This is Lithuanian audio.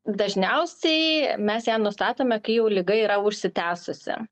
dažniausiai mes ją nustatome kai jau liga yra užsitęsusi